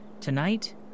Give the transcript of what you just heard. Tonight